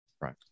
Right